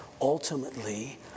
ultimately